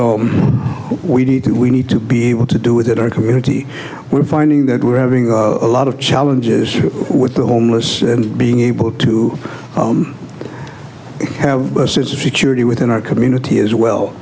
what we need that we need to be able to do with it our community we're finding that we're having a lot of challenges with the homeless and being able to have a sense of security within our community as well